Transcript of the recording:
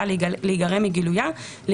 כבר כניסה לדיון, אז לא.